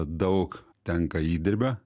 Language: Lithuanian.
daug tenka įdirbio